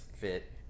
fit